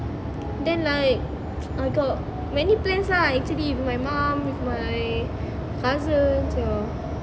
then like I got many plans ah actually with my mom with my cousins